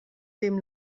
dem